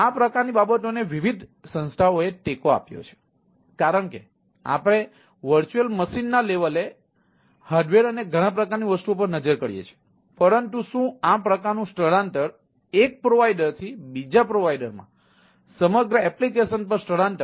આ પ્રકારની બાબતોને વિવિધ સંસ્થાઓએ ટેકો આપ્યો છે કારણ કે આપણે VM સ્તરે હાર્ડવેર અને ઘણા પ્રકારની વસ્તુઓ પર નજર કરીએ છીએ પરંતુ શું આ પ્રકારનું સ્થળાંતર એક પ્રોવાઇડરથી બીજા પ્રોવાઇડર માં સમગ્ર એપ્લિકેશન પર સ્થળાંતર કરી શકે છે